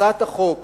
הצעת החוק